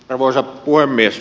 arvoisa puhemies